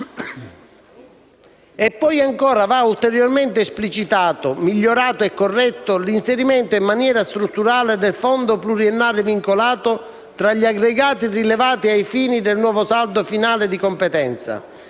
Ancora, va ulteriormente esplicitato, migliorato e corretto l'inserimento in maniera strutturale del fondo pluriennale vincolato tra gli aggregati rilevanti ai fini del nuovo saldo finale di competenza,